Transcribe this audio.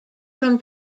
from